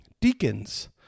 Deacons